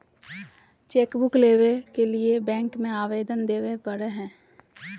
chequebook लेबे के लिए बैंक में अबेदन देबे परेय हइ